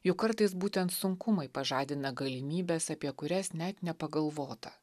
juk kartais būtent sunkumai pažadina galimybes apie kurias net nepagalvota